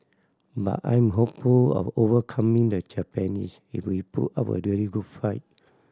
but I'm hopeful of overcoming the Japanese if we put up a really good fight